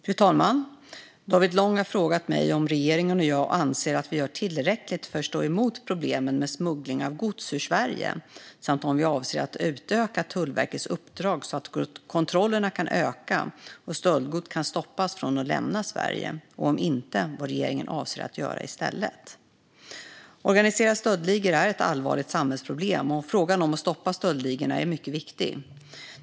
Fru talman! David Lång har frågat mig om regeringen och jag anser att vi gör tillräckligt för att stå emot problemen med smuggling av gods ur Sverige samt om vi avser att utöka Tullverkets uppdrag så att kontrollerna kan öka och stöldgods kan stoppas från att lämna Sverige och, om inte, vad regeringen avser att göra i stället. Organiserade stöldligor är ett allvarligt samhällsproblem, och frågan om att stoppa stöldligorna är mycket viktig.